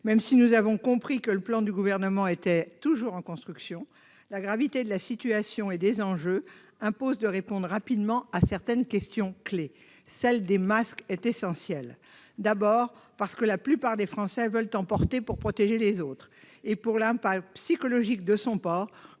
Même si nous avons compris que le plan du Gouvernement était toujours en construction, la gravité de la situation et des enjeux impose de répondre rapidement à certaines questions clés. Celle des masques est essentielle, d'abord parce que la plupart des Français veulent en porter pour protéger les autres, mais aussi pour l'impact psychologique de leur port.